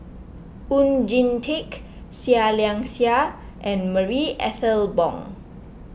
Oon Jin Teik Seah Liang Seah and Marie Ethel Bong